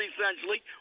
essentially